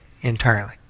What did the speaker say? entirely